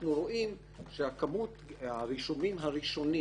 אנחנו רואים שמספר הרישומים הראשונים